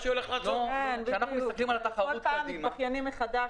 כל פעם מתבכיינים מחדש.